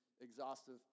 exhaustive